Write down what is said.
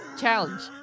Challenge